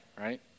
right